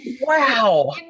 wow